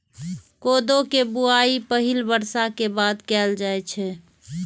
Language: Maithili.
कोदो के बुआई पहिल बर्षा के बाद कैल जाइ छै